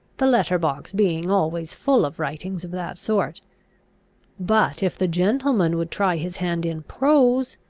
the letter-box being always full of writings of that sort but if the gentleman would try his hand in prose,